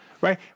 right